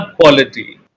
quality